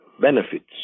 benefits